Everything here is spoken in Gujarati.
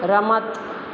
રમત